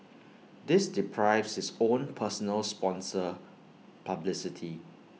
this deprives his own personal sponsor publicity